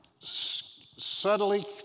subtly